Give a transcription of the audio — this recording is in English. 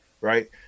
right